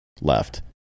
left